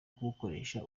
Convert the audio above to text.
kubukoresha